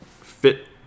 fit